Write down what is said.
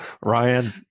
Ryan